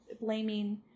blaming